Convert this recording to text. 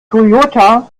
toyota